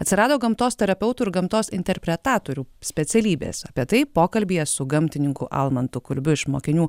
atsirado gamtos terapeutų ir gamtos interpretatorių specialybės apie tai pokalbyje su gamtininku almantu kulbiu iš mokinių